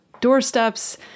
doorsteps